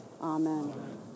Amen